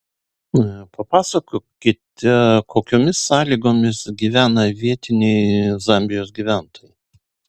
papasakokite kokiomis sąlygomis gyvena vietiniai zambijos gyventojai